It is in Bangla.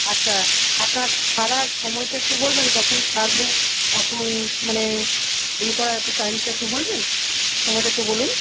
আচ্ছা আপনার ছাড়ার সময়টা একটু বলবেন কখন ছাড়ব কখন মানে ইয়ে করার একটু টাইমটা একটু বলবেন সময়টা একটু বলুন